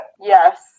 Yes